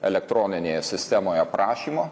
elektroninėje sistemoje prašymo